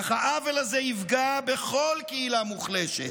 אך העוול הזה יפגע בכל קהילה מוחלשת: